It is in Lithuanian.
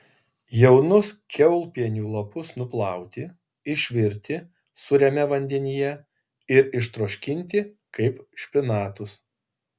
jaunus kiaulpienių lapus nuplauti išvirti sūriame vandenyje ir ištroškinti kaip špinatus